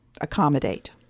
accommodate